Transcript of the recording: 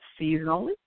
seasonally